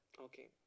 Okay